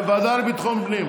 ועדת חוקה.